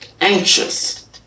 anxious